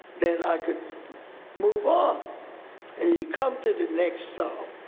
then i could move on. and you come to the next stop.